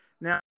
now